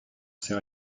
sais